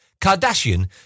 Kardashian